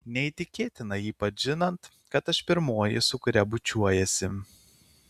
neįtikėtina ypač žinant kad aš pirmoji su kuria bučiuojiesi